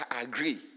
agree